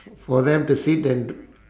for them to sit and d~